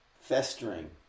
festering